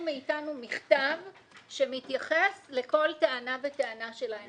מאיתנו מכתב שמתייחס לכל טענה וטענה שלהם.